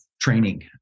training